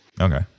Okay